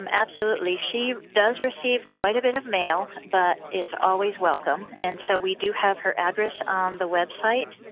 and absolutely. she does receive quite a bit of mail, but it's always welcome. and so we do have her address on the website.